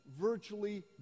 virtually